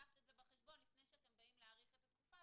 אז צריך לקחת את זה בחשבון לפני שאתם באים להאריך את התקופה,